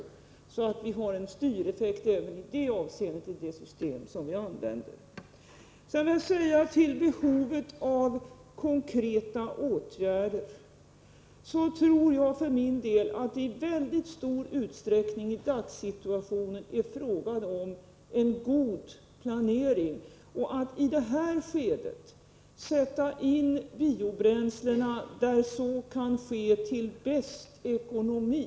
Det system vi använder har alltså en styreffekt även i det avseendet. Beträffande behovet av konkreta åtgärder vill jag säga att jag för min del tror att det i mycket stor utsträckning i dagssituationen är fråga om en god planering och att i det här skedet sätta in biobränslena där så kan ske till bästa ekonomi.